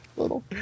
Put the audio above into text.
Little